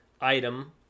item